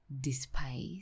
despise